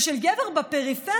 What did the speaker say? ושל גבר בפריפריה,